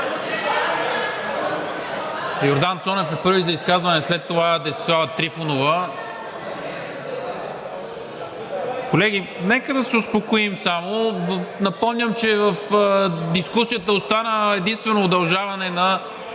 Йордан Цонев е първи за изказване, след това е Десислава Трифонова. Колеги, нека само да се успокоим! Напомням, че в дискусията остана единствено удължаване на